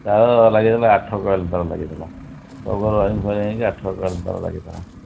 ତାର ଲାଗିଥିଲା ଆଠ କଏଲ୍ ତାର ଲାଗିଥିଲା ସବୁ ଘର ୱାରିଙ୍ଗ୍ ଫ୍ୱାରିଙ୍ଗ୍ ହୋଇକି ଆଠ କଏଲ୍ ତାର ଲାଗିଥିଲା